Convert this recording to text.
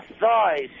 thighs